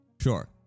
Sure